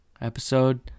Episode